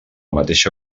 mateixa